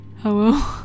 Hello